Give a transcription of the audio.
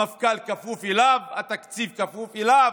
המפכ"ל כפוף אליו, התקציב כפוף אליו,